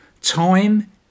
Time